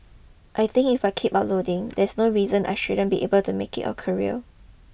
I think if I keep uploading there's no reason I shouldn't be able to make it a career